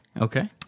Okay